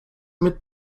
mit